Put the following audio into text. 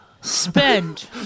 Spend